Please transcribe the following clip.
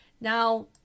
Now